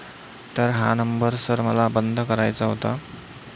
तर हा number sir मला बंद करायचा होता